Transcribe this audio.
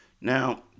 Now